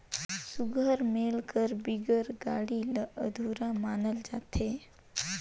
सुग्घर मेल कर बिगर गाड़ा ल अधुरा मानल जाथे